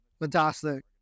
fantastic